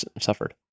suffered